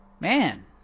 Man